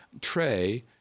Trey